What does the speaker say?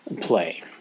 play